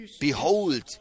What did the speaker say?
Behold